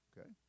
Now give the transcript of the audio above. Okay